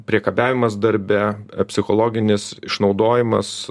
priekabiavimas darbe psichologinis išnaudojimas